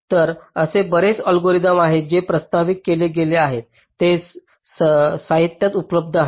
तर असे बरेच अल्गोरिदम आहेत जे प्रस्तावित केले गेले आहेत आणि ते साहित्यात उपलब्ध आहेत